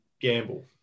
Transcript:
Gamble